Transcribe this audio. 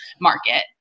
market